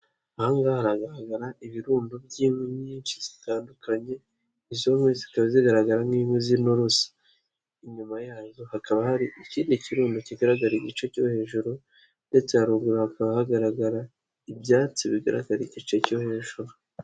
Aha hagaragara ibirundo by'inkwi nyinshi zitandukanye, izo nkwi zikaba zigaragara nk'inkwi z'inurusi. Inyuma yazo hakaba hari ikindi ikirundo kigaragara igice cyo hejuru ndetse haruguru hakaba hagaragara ibyatsi bigaragara igice cyo hejuru.